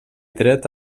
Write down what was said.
dret